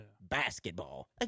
basketball